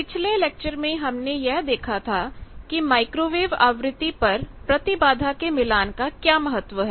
पिछले लेक्चर में हमने यह देखा था कि माइक्रोवेव आवृत्ति पर प्रतिबाधा के मिलान का क्या महत्व है